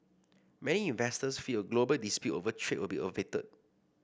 many investors feel a global dispute over trade will be averted